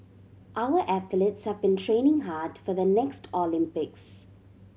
our athletes have been training hard for the next Olympics